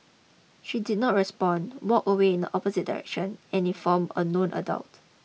she did not respond walked away in the opposite direction and informed a known adult